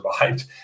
survived